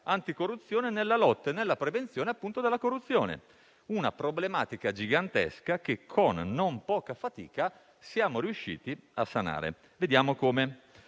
anticorruzione nella lotta e nella prevenzione, appunto, della corruzione. Una problematica gigantesca, che, con non poca fatica, siamo riusciti a sanare. Vado a